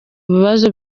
bibazo